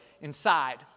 inside